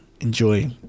enjoy